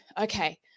okay